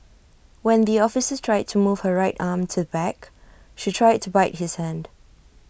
when the officer tried to move her right arm to the back she tried to bite his hand